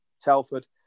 Telford